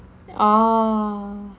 orh